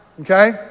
Okay